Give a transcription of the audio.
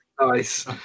Nice